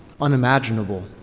unimaginable